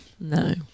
No